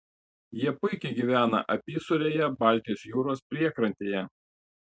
jie puikiai gyvena apysūrėje baltijos jūros priekrantėje